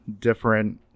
different